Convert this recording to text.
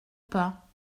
pas